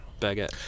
baguette